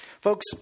Folks